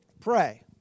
pray